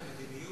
כבוד השר לוין,